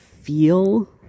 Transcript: feel